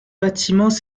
bâtiments